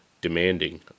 demanding